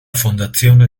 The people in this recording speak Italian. fondazione